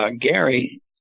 Gary